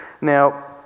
Now